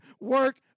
work